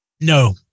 No